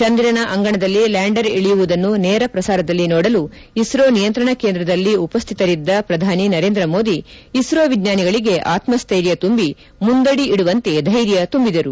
ಚಂದಿರನ ಅಂಗಣದಲ್ಲಿ ಲ್ಯಾಂಡರ್ ಇಳಿಯುವುದನ್ನು ನೇರ ಪ್ರಸಾರದಲ್ಲಿ ನೋಡಲು ಇಸೋ ನಿಯಂತ್ರಣ ಕೇಂದ್ರದಲ್ಲಿ ಉಪಸ್ಥಿತರಿದ್ದ ಪ್ರಧಾನಿ ನರೇಂದ್ರ ಮೋದಿ ಇಸ್ತೋ ವಿಜ್ಞಾನಿಗಳಿಗೆ ಆತಸ್ಸೈರ್ಯ ತುಂಬಿ ಮುಂದಡಿ ಇಡುವಂತೆ ಧ್ಯೆರ್ಯ ತುಂಬಿದರು